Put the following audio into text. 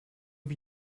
wie